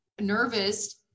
nervous